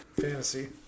Fantasy